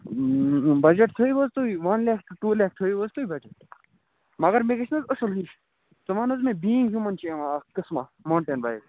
budget تھٲیِو حظ تُہۍ وَن لیک ٹوٗ لیک تھٲیِو حظ تُہۍ بَجَٹ مگر مےٚ گژھِ نہٕ حظ اَصٕل ہِش ژٕ وَن حظ مےٚ بیٖنگ ہیوٗمَن چھ یِوان اَکھ قٔسمہ موٹین بایِک